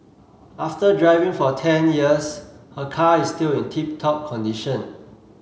after driving for ten years her car is still in tip top condition